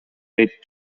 дейт